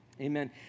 Amen